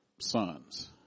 sons